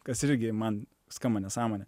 kas irgi man skamba nesąmonė